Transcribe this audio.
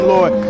Lord